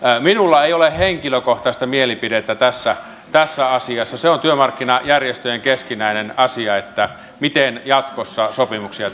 minulla ei ole henkilökohtaista mielipidettä tässä tässä asiassa se on työmarkkinajärjestöjen keskinäinen asia että miten jatkossa sopimuksia